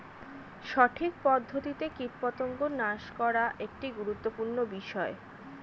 সঠিক পদ্ধতিতে কীটপতঙ্গ নাশ করা একটি গুরুত্বপূর্ণ বিষয়